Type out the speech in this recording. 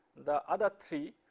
the other three,